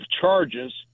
charges